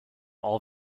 all